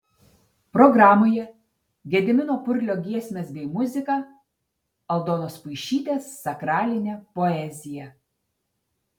programoje gedimino purlio giesmės bei muzika aldonos puišytės sakralinė poezija